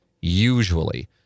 usually